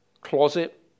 closet